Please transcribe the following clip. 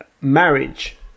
marriage